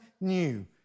new